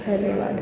धन्यवाद